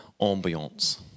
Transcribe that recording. ambiance